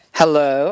hello